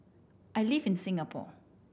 I live in Singapore